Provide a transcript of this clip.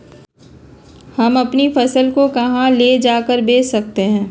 हम अपनी फसल को कहां ले जाकर बेच सकते हैं?